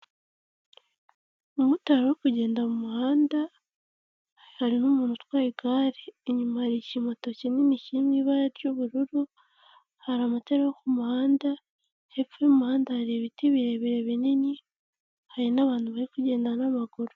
Umumotari uri kugenda mu muhanda, hariho umuntu utwaye igare, inyuma hari ikimoto kinini kirimo ibara ry'ubururu, hari amatara yo ku muhanda hepfo y'umuhanda hari ibiti birebire binini hari n'abantu bari kugenda n'amaguru.